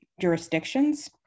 jurisdictions